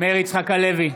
יצחק הלוי,